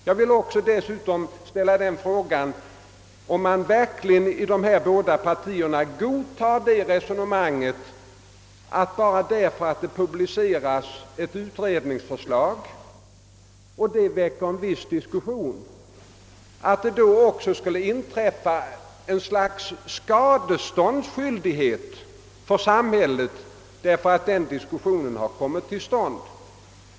Jag vill också ställa den frågan: Godtar ni i högern och folkpartiet verkligen det resonemanget, att bara därför att ett utredningsförslag publiceras och väcker diskussion inträffar samtidigt något slags skadeståndsskyldighet för samhället, därför att debatt har kommit till stånd?